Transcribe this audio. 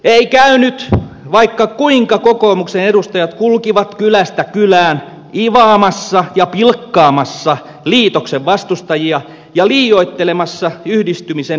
ei käynyt vaikka kuinka kokoomuksen edustajat kulkivat kylästä kylään ivaamassa ja pilkkaamassa liitoksen vastustajia ja liioittelemassa yhdistymisen hyötyä